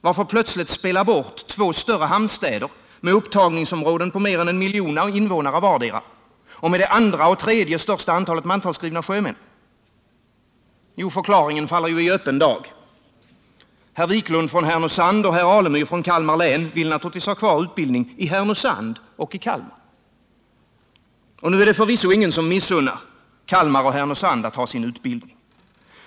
Varför plötsligt spela bort två större hamnstäder med upptagningsområden med mer än 1 miljon invånare vardera och med andra och tredje platsen när det gäller mantalsskrivna sjömän? Jo, förklaringen ligger ju i öppen dag. Herr Wiklund från Härnösand och herr Alemyr från Kalmar län vill naturligtvis ha kvar utbildningen i Härnösand och i Kalmar. Nu är det förvisso ingen som missunnar Kalmar och Härnösand att ha sin utbildning.